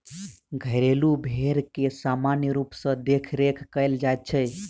घरेलू भेंड़ के सामान्य रूप सॅ देखरेख कयल जाइत छै